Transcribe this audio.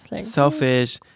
selfish